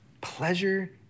Pleasure